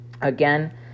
Again